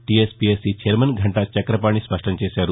TSPSC chairman Ghanta Chakrapani స్పష్టం చేశారు